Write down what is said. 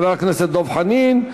חבר הכנסת דב חנין.